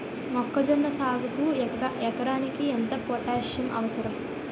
మొక్కజొన్న సాగుకు ఎకరానికి ఎంత పోటాస్సియం అవసరం?